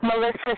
Melissa